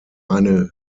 eine